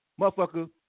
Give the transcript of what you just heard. motherfucker